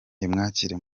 imwakire